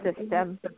system